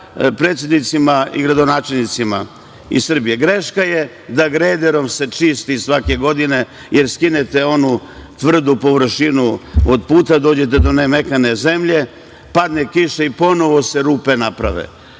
predsednicima i gradonačelnicima iz Srbije, greška je da grederom se čisti svake godine, jer skinete onu tvrdu površinu od puta, dođete do one mekane zemlje, padne kiša i ponovo se rupe naprave. Četiri